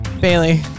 Bailey